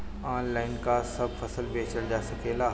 Online का सब फसल बेचल जा सकेला?